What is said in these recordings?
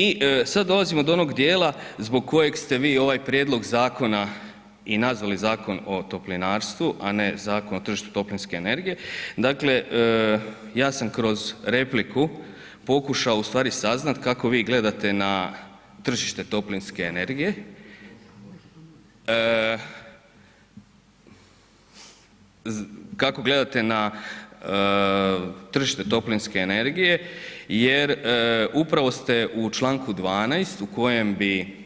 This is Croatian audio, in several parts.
I sad dolazimo do onog dijela zbog kojeg ste vi ovaj prijedlog zakona i nazvali Zakon o toplinarstvu, a ne Zakon o tržištu toplinske energije, dakle ja sam kroz repliku pokušao ustvari saznat kako vi gledate na tržište toplinske energije, kako gledate na tržište toplinske energije jer upravo ste u Članku 12. u kojem bi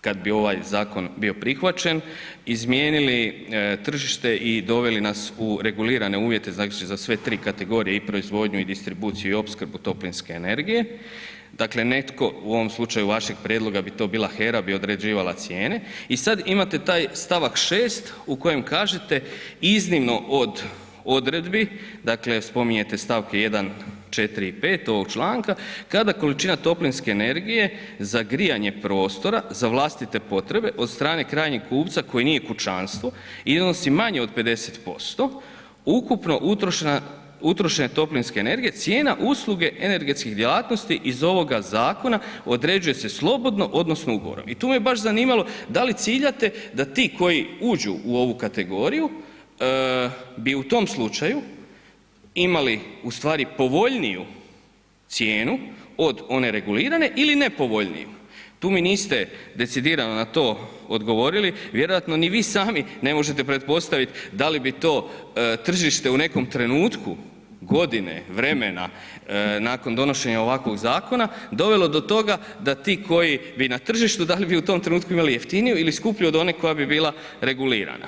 kad bi ovaj zakon bio prihvaćen izmijenili tržište i doveli nas u regulirane uvjete znači za sve tri kategorije i proizvodnju i distribuciju i opskrbu toplinske energije, dakle netko u ovom slučaju vašeg prijedloga bi to bila HERA bi određivala cijene i sad imate taj stavak 6. u kojem kažete iznimno od odredbi, dakle spominjete stavke 1., 4. i 5. ovog članka, kada količina toplinske energije za grijanje prostora, za vlastite potrebe od strane krajnjeg kupca koji nije kućanstvo, iznosi manje od 50% ukupnog utrošene toplinske energije, cijena usluge energetskih djelatnosti iz ovoga zakona određuje se slobodno odnosno ugovorom i tu me baš zanimalo da li ciljate da ti koji uđu u ovu kategoriju bi u tom slučaju imali u stvari povoljniju cijenu od one regulirane ili nepovoljniju, tu mi niste decidirano na to odgovorili, vjerojatno ni vi sami ne možete pretpostaviti da li bi to tržište u nekom trenutku godine, vremena nakon donošenja ovakvog zakona, dovelo do toga da ti koji bi na tržištu da li bi u tom trenutku imali jeftiniju ili skuplju od one koja bi bika regulirana.